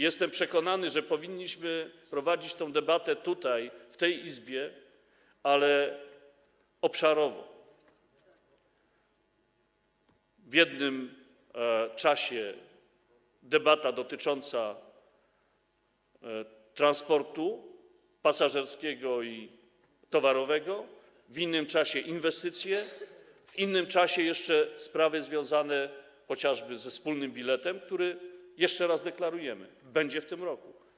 Jestem przekonany, że powinniśmy prowadzić tę debatę tutaj, w tej Izbie, ale obszarowo: w jednym czasie debata dotycząca transportu pasażerskiego i towarowego, w innym czasie inwestycje, jeszcze w innym czasie sprawy związane chociażby ze wspólnym biletem, który - jeszcze raz deklarujemy - będzie w tym roku.